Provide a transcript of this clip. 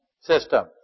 system